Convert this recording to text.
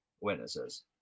witnesses